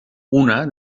una